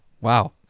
wow